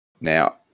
Now